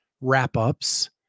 wrap-ups